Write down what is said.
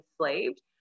enslaved